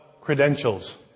credentials